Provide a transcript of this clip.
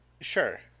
Sure